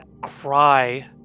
cry